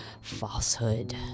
falsehood